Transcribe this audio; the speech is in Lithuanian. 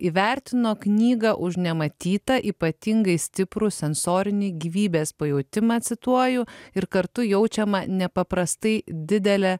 įvertino knygą už nematytą ypatingai stiprų sensorinį gyvybės pajautimą cituoju ir kartu jaučiama nepaprastai didelę